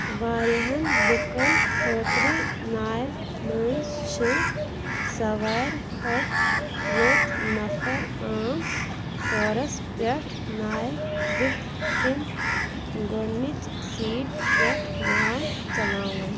واریاہن لُکن خٲطرٕ ناوِ منٛز چھِ سَوارِ کھۄتہٕ لوٚت نفر عام طورس پیٹھ ناوِ بٕتھِ کِنۍ گۄڈنِچہِ سیٖٹ پیٹھ ناو چلاوان